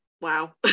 Wow